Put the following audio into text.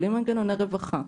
בלי מנגנוני רווחה,